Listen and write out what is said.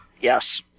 Yes